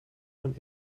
von